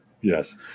yes